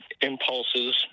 impulses